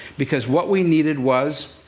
because what we needed was